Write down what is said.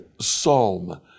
Psalm